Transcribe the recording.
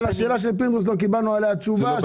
על השאלה של פינדרוס לא קיבלנו תשובה.